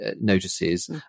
notices